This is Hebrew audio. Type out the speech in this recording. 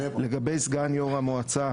לגבי סגן יו"ר המועצה,